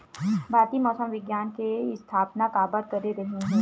भारती मौसम विज्ञान के स्थापना काबर करे रहीन है?